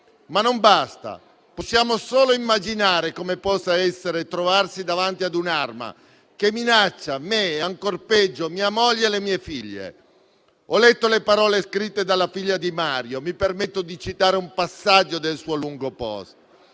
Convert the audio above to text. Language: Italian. Ma non basta: possiamo solo immaginare come possa essere trovarsi davanti a un'arma che minaccia me e, ancor peggio, mia moglie e le mie figlie. Ho letto le parole scritte dalla figlia di Mario e mi permetto di citare un passaggio del suo lungo *post*: